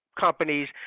companies